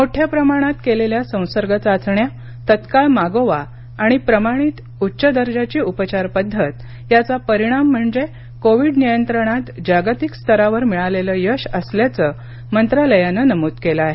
मोठ्या प्रमाणात केलेल्या संसर्ग चाचण्या तत्काळ मागोवा आणि प्रमाणित उच्च दर्जाची उपचार पद्धत याचा परिणाम म्हणजे कोविड नियंत्रणात जागतिक स्तरावर मिळालेलं यश असल्याचं मंत्रालयानं नमूद केलं आहे